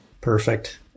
Perfect